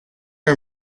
are